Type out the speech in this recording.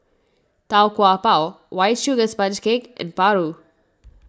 Tau Kwa Pau White Sugar Sponge Cake and Paru